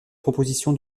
proposition